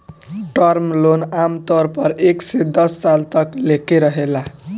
term loan आमतौर पर एक से दस साल तक लेके रहेला